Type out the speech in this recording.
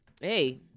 Hey